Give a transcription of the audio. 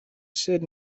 sed